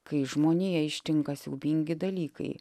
kai žmoniją ištinka siaubingi dalykai